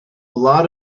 lot